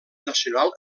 nacional